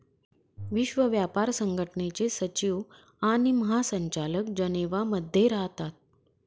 विश्व व्यापार संघटनेचे सचिव आणि महासंचालक जनेवा मध्ये राहतात